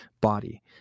body